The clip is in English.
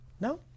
No